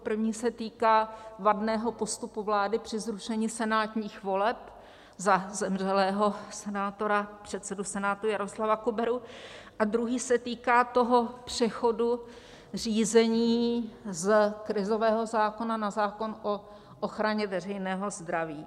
První se týká vadného postupu vlády při zrušení senátních voleb za zemřelého senátora, předsedu Senátu Jaroslava Kuberu, a druhý se týká toho přechodu řízení z krizového zákona na zákon o ochraně veřejného zdraví.